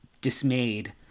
dismayed